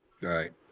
right